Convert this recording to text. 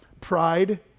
Pride